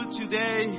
today